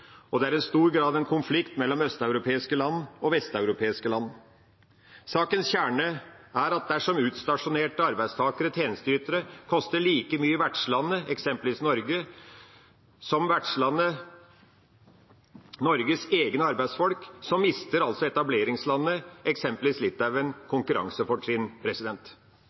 Det er i stor grad en konflikt mellom østeuropeiske land og vesteuropeiske land. Sakens kjerne er at dersom utstasjonerte arbeidstakere eller tjenesteytere koster like mye i vertslandet, eksempelvis Norge, som vertslandets, Norges, egne arbeidsfolk, mister etableringslandet, eksempelvis Litauen, konkurransefortrinn.